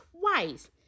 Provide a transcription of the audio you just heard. twice